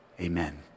Amen